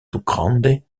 grande